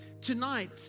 tonight